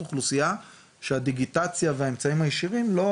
אוכלוסייה שהדיגיטציה והערוצים הישירים לא